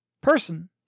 person